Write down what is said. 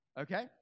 okay